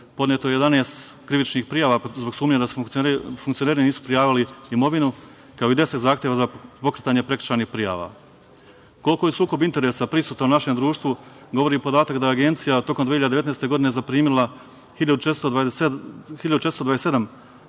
Podneto je 11 krivičnih prijava zbog sumnje da funkcioneri nisu prijavili imovinu, kao i 10 zahteva za pokretanje prekršajnih prijava. Koliko je sukob interesa prisutan u našem društvu govori podatak da Agencija tokom 2019. godine zaprimila 1.427 predmeta koji